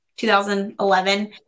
2011